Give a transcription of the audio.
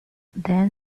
then